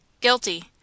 Guilty